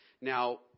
Now